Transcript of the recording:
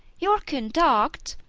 your conduct,